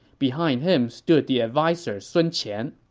behind him stood the adviser sun qian.